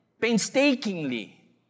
painstakingly